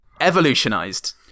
evolutionized